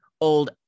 old